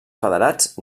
federats